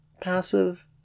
passive